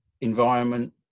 environment